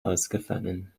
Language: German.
ausgefallen